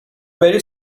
بری